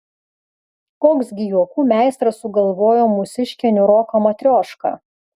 koks gi juokų meistras sugalvojo mūsiškę niūroką matriošką